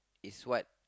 it's what